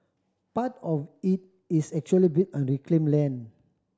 part of it is actually built on reclaimed land